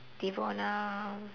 devona